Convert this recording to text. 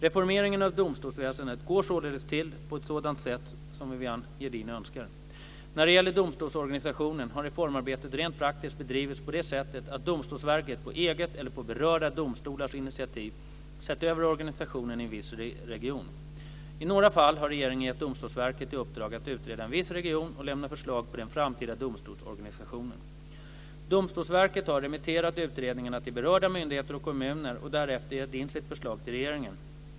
Reformeringen av domstolsväsendet går således till på ett sådant sätt som Viviann När det gäller domstolsorganisationen har reformarbetet rent praktiskt bedrivits på det sättet att Domstolsverket på eget eller på berörda domstolars initiativ sett över organisationen i en viss region. I några fall har regeringen gett Domstolsverket i uppdrag att utreda en viss region och lämna förslag på den framtida domstolsorganisationen. Domstolsverket har remitterat utredningarna till berörda myndigheter och kommuner och därefter gett in sitt förslag till regeringen.